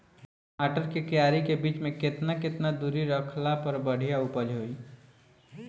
टमाटर के क्यारी के बीच मे केतना केतना दूरी रखला पर बढ़िया उपज होई?